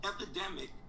epidemic